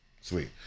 sweet